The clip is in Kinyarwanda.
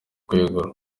kwegura